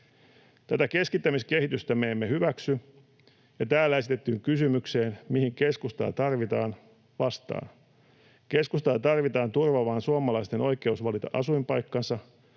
Tätä keskittämiskehitystä me emme hyväksy, ja täällä esitettyyn kysymykseen, mihin keskustaa tarvitaan, vastaan: Keskustaa tarvitaan turvaamaan suomalaisten oikeus valita asuinpaikkansa.